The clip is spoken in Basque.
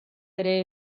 ere